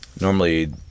Normally